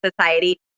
society